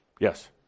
Yes